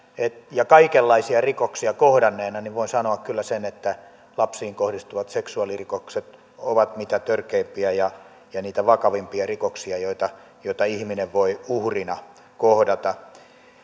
ja kaikenlaisia rikoksia kohdanneena voin sanoa kyllä sen että lapsiin kohdistuvat seksuaalirikokset ovat mitä törkeimpiä ja ja niitä vakavimpia rikoksia joita joita ihminen voi uhrina kohdata